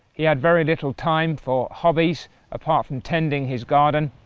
he had very little time for hobbies apart from tending his garden.